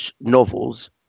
novels